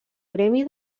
gremi